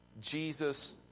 Jesus